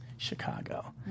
Chicago